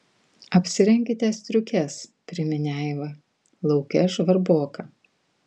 apsirenkite striukes priminė aiva lauke žvarboka